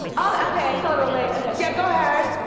oh okay, hold on, wait okay. yeah go ahead.